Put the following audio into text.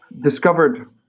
discovered